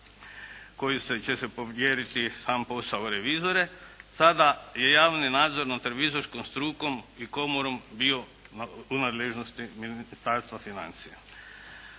koji će se povjeriti sam posao revizora, tada je javni nadzor nad revizorskom strukom i komorom bio u nadležnosti Ministarstva financija.